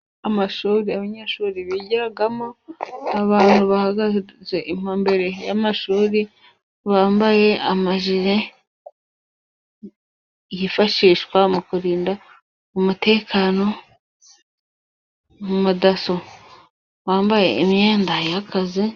Amashuri abanyeshuri bigiramo. Abantu bahagaze imbere y'amashuri, bambaye amajire yifashishwa mu kurinda umutekano. Umadaso wambaye imyenda y'akazi.